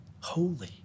holy